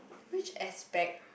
which aspect